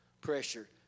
pressure